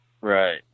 Right